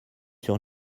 sur